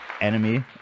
enemy